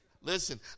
Listen